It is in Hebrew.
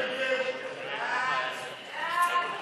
ההסתייגות (15) של חברי הכנסת אורלי